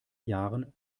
jahren